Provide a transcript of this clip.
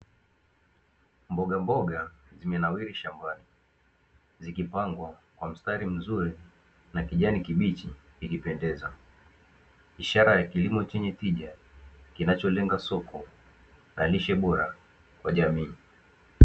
Mbogamboga zimenawiri shambani zikipangwa kwa mstari mzuri na kijani kibichi ikipendeza. Ishara ya kilimo chenye tija kinacholenga soko la lishe bora kwa jamii.